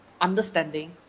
understanding